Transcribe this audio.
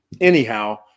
Anyhow